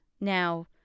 Now